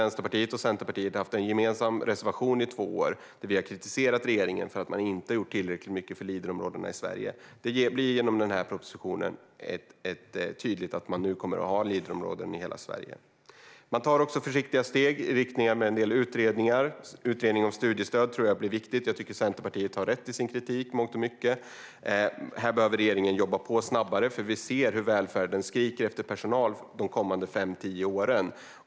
Vänsterpartiet och Centerpartiet har haft en gemensam reservation i två år, och vi har kritiserat regeringen för att man inte har gjort tillräckligt mycket för Leaderområdena i Sverige. Med den här propositionen kommer det att bli tydligt att det nu blir Leaderområden i hela Sverige. Det tas också försiktiga steg med en del utredningar. Utredningen om studiestöd blir viktig. Jag tycker att Centerpartiet i mångt och mycket har rätt i sin kritik. Här behöver regeringen jobba på snabbare eftersom vi ser hur välfärden skriker efter personal de kommande fem tio åren.